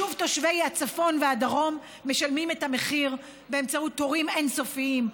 שוב תושבי הצפון והדרום משלמים את המחיר באמצעות תורים אין-סופיים,